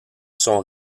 sont